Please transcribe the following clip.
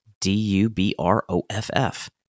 D-U-B-R-O-F-F